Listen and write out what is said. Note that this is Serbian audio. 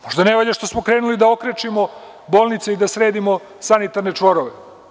Možda ne valja što smo krenuli da okrečimo bolnice i sredimo sanitarne čvorove.